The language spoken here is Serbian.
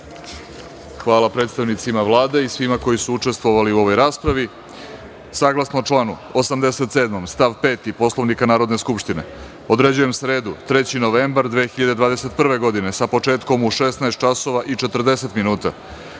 predstavnicima Vlade i svima koji su učestvovali u ovoj raspravi. Saglasno članu 87. stav 5. Poslovnika Narodne skupštine, određujem sredu, 3. novembar 2021. godine, sa početkom u 16